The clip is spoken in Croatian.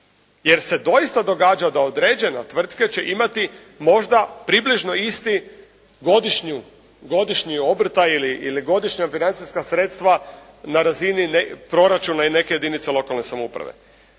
Jer se doista događa da određene tvrtke će imati možda približno isti godišnji obrtaj ili godišnja financijska sredstva na razini proračuna i neke jedinice lokalne samouprave.